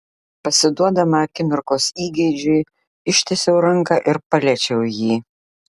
pasiduodama akimirkos įgeidžiui ištiesiau ranką ir paliečiau jį